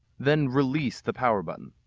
then release the power button.